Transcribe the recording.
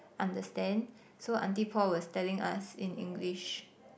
understand so auntie Paul was telling us in English